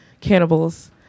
cannibals